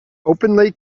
openly